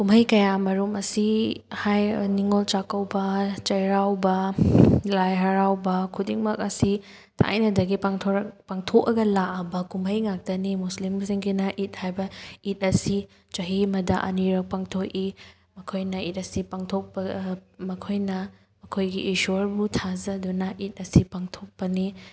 ꯀꯨꯝꯍꯩ ꯀꯌꯥ ꯃꯔꯨꯝ ꯑꯁꯤ ꯅꯤꯉꯣꯜ ꯆꯥꯛꯀꯧꯕ ꯆꯩꯔꯥꯎꯕ ꯂꯥꯏ ꯍꯔꯥꯎꯕ ꯈꯨꯗꯤꯡꯃꯛ ꯑꯁꯤ ꯊꯥꯏꯅꯗꯒꯤ ꯄꯥꯡꯊꯣꯔꯛ ꯄꯥꯡꯊꯣꯛꯑꯒ ꯂꯥꯛꯂꯕ ꯀꯨꯝꯍꯩ ꯉꯥꯛꯇꯅꯤ ꯃꯨꯁꯂꯤꯝꯁꯤꯡꯒꯤꯅ ꯏꯠ ꯍꯥꯏꯕ ꯏꯠ ꯑꯁꯤ ꯆꯍꯤ ꯑꯃꯗ ꯑꯅꯤꯔꯛ ꯄꯥꯡꯊꯣꯛꯏ ꯃꯈꯣꯏꯅ ꯏꯠ ꯑꯁꯤ ꯄꯥꯡꯊꯣꯛꯄ ꯃꯈꯣꯏꯅ ꯃꯈꯣꯏꯒꯤ ꯏꯁꯣꯔꯕꯨ ꯊꯥꯖꯗꯨꯅ ꯏꯠ ꯑꯁꯤ ꯄꯥꯡꯊꯣꯛꯄꯅꯤ